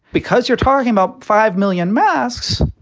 because you're talking about five million masks.